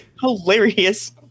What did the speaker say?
hilarious